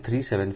તેથી તે 0